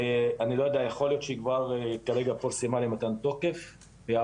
כי אתה בנושא הוותמ"ל מתקדם, את זה אני יודע.